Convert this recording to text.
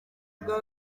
bwa